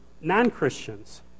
non-Christians